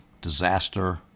disaster